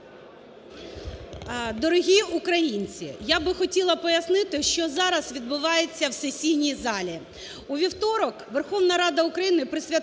Дорогі українці! Я би хотіла пояснити, що зараз відбувається в сесійній залі. У вівторок Верховна Рада України присвятила